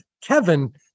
Kevin